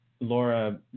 Laura